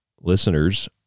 listeners